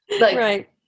Right